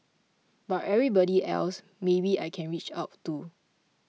but everybody else maybe I can reach out to